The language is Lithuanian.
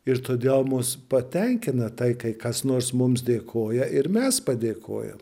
ir todėl mus patenkina tai kai kas nors mums dėkoja ir mes padėkoja